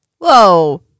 Whoa